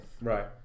Right